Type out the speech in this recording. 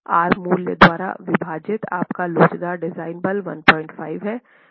are मूल्य द्वारा विभाजित आपका लोचदार डिजाइन बल 15 है